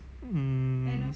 mm